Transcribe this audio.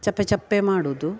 ಸಪ್ಪೆ ಸಪ್ಪೆ ಮಾಡುವುದು